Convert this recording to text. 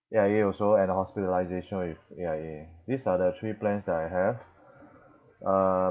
A_I_A also and hospitalisation with A_I_A these are the three plans that I have uh